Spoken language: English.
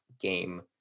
game